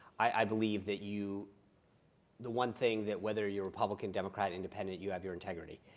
i believe that you the one thing that, whether you're republican, democrat, independent, you have your integrity.